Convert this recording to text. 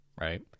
right